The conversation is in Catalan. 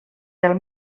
del